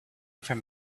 from